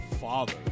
father